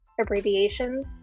abbreviations